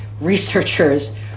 researchers